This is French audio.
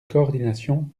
coordination